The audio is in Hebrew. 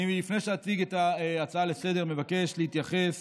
לפני שאציג את ההצעה לסדר-היום אני מבקש להתייחס